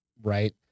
Right